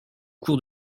cours